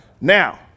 Now